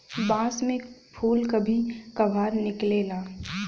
बांस में फुल कभी कभार निकलेला